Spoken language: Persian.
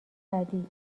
بعدی